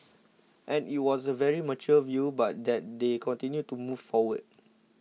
and it was a very mature view but that they continue to move forward